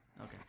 Okay